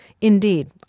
Indeed